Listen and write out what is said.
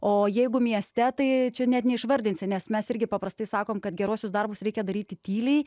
o jeigu mieste tai čia net neišvardinsi nes mes irgi paprastai sakom kad geruosius darbus reikia daryti tyliai